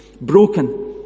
broken